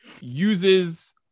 uses